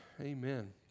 Amen